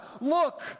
look